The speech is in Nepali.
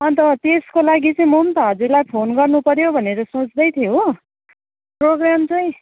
अन्त त्यसको लागि चाहिँ म पनि हजुरलाई फोन गर्नुपर्यो भनेर सोच्दै थिएँ हो प्रोग्राम चाहिँ